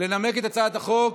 לנמק את הצעת החוק.